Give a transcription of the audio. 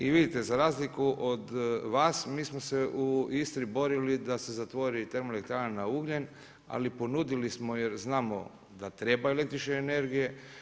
I vidite, za razliku od vas mi smo se u Istri borili da se zatvori termoelektrana na ugljen, ali ponudili smo jer znamo da treba električne energije.